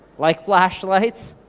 like flashlights,